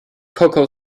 coco